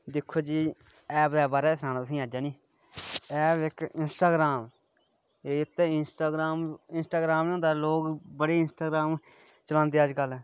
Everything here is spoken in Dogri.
दिक्खो जी ऐप दे बारे गै सुनान्नां तुसें गी अज्ज है नीं ऐप इक इंस्टाग्राम इक ते इंस्टाग्राम न होंदा लोक ते बड़ा इंस्टाग्राम चलांदे अजकल